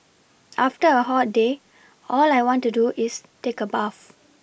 after a hot day all I want to do is take a bath